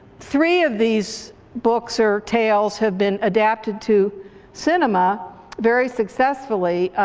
three of these books or tales have been adapted to cinema very successfully,